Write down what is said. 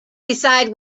decide